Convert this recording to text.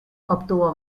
obtuvo